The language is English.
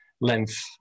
length